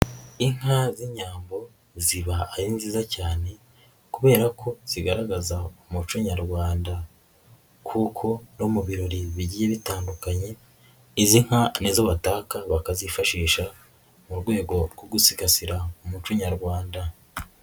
Inka z'Inyambo ziba ari nziza cyane kubera ko zigaragaza umuco nyarwanda kuko no mu birori bigiye bitandukanye izi nka ni zo bataka bakazifashisha mu rwego rwo gusigasira umuco nyarwanda.